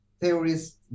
theories